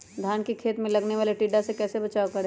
धान के खेत मे लगने वाले टिड्डा से कैसे बचाओ करें?